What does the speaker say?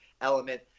Element